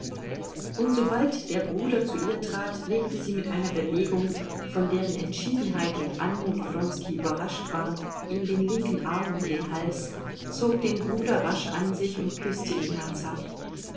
und sobald der bruder zu ihr trat legte sie mit einer bewegung von deren entschiedenheit und anmut wronski überrascht war ihm den linken arm um den hals zog den bruder rasch an sich und küßte ihn herzhaft